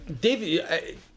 David